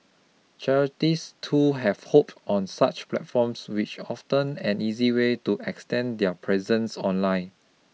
charities too have hop on such platforms which often an easy way to extend their presence online